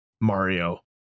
Mario